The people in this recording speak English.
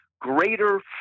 greater